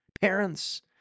Parents